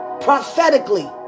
prophetically